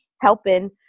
helping